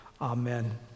Amen